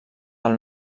del